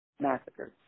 massacres